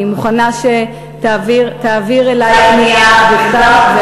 אני מוכנה שתעביר אלי את הפנייה בכתב,